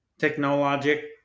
Technologic